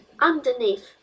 underneath